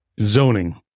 zoning